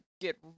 get